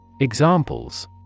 Examples